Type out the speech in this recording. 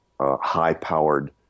high-powered